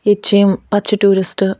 ییٚتہِ چھِ یِم پَتہٕ چھِ ٹوٗرِسٹ